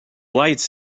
lights